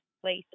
place